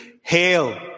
Hail